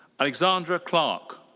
alexandra clarke.